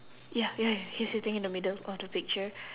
ya ya he's sitting in the middle of the picture